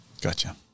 Gotcha